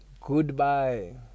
Goodbye